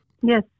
Yes